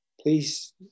please